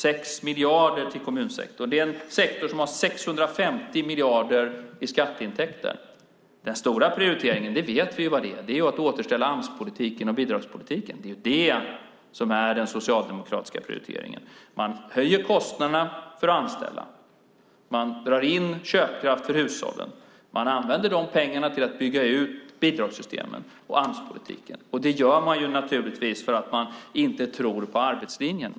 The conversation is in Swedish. Det är en sektor som har 650 miljarder i skatteintäkter. Vi vet vilken den stora prioriteringen är. Det är att återställa Amspolitiken och bidragspolitiken. Det är det som är den socialdemokratiska prioriteringen. Man höjer kostnaderna för att anställa. Man drar in köpkraft för hushållen. Man använder de pengarna till att bygga ut bidragssystemen och Amspolitiken. Det gör man naturligtvis för att man inte tror på arbetslinjen.